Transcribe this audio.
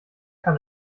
kann